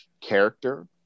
character